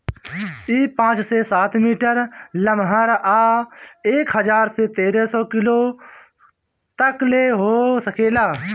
इ पाँच से सात मीटर लमहर आ एक हजार से तेरे सौ किलो तकले हो सकेला